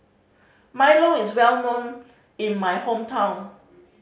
milo is well known in my hometown